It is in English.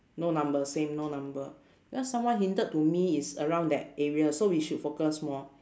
no number same no number cause someone hinted to me it's around that area so we should focus more